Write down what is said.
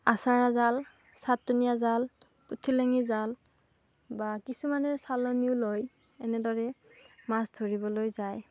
আচাৰা জাল ছাটনীয়া জাল পুঠিলেঙি জাল বা কিছুমানে চালনিও লয় এনেদৰে মাছ ধৰিবলৈ যায়